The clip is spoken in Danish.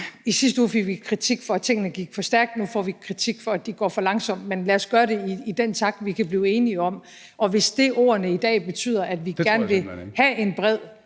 I sidste uge fik vi kritik for, at tingene gik for stærkt, og nu får vi kritik for, at det går for langsomt, men lad os gøre det i den takt, vi kan blive enige om. Og hvis det, ordene i dag betyder, er, at vi gerne vil have en bred